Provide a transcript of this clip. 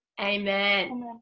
amen